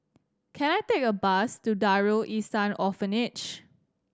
can I take a bus to Darul Ihsan Orphanage